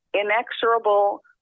inexorable